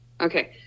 Okay